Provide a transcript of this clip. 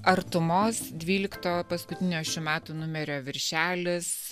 artumos dvylikto paskutinio šių metų numerio viršelis